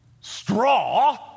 straw